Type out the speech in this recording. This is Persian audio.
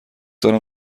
دارم